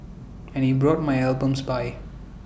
and he brought my albums by